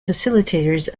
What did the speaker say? facilitators